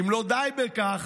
אם לא די בכך,